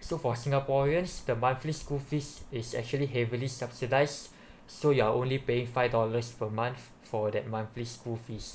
so for singaporeans the monthly school fees is actually heavily subsidised so you are only paying five dollars per month for that monthly school fees